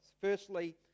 Firstly